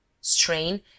Strain